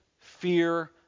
fear